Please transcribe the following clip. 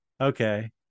Okay